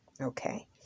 okay